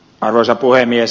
arvoisa puhemies